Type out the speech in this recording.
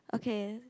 okay